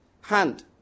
hand